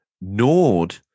Nord